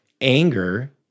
anger